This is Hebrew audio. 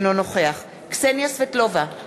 אינו נוכח קסניה סבטלובה,